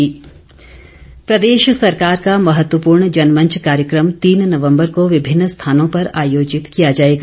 जनमंच प्रदेश सरकार का महत्वपूर्ण जनमंच कार्यक्रम तीन नवम्बर को विभिन्न स्थानों पर आयोजित किया जाएगा